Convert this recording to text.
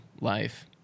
life